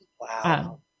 Wow